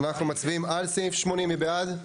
אנחנו מצביעים על סעיף 80. מי בעד?